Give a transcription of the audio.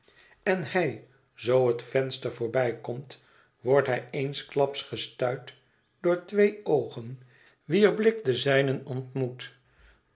en hij zoo het venster voorbijkomt wordt hij eensklaps gestuit door twee oogen wier blik den zijnen ontmoet